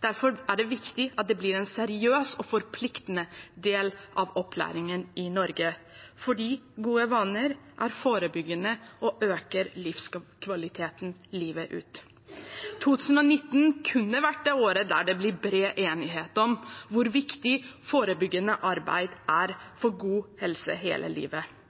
Derfor er det viktig at det blir en seriøs og forpliktende del av opplæringen i Norge – for gode vaner er forebyggende og øker livskvaliteten livet ut. 2019 kunne blitt det året da det ble bred enighet om hvor viktig forebyggende arbeid er for god helse hele livet.